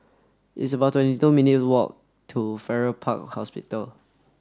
it's about twenty two minutes' walk to Farrer Park Hospital